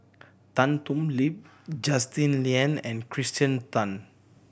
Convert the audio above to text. Tan Thoon Lip Justin Lean and Kirsten Tan